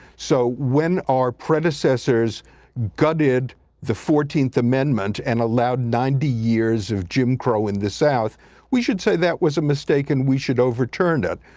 so when our predecessors guided the fourteenth amendment and allowed ninety years of jim crow in the south we should say that was a mistake and we should overturn it.